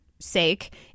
sake